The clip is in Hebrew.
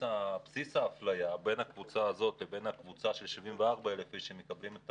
בסיס האפליה בין הקבוצה הזאת לבין הקבוצה של 74,000 איש שמקבלים את